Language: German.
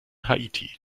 haiti